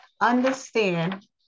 Understand